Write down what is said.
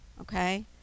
okay